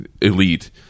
elite